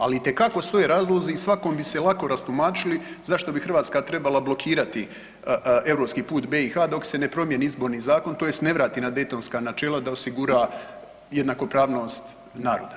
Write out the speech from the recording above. Ali itekako stoje razlozi i svakom bi se lako rastumačili zašto bi Hrvatska trebala blokirati europski put BiH dok se ne promijeni izborni zakon tj. ne vrati na Dejtonska načela da osigura jednakopravnost naroda.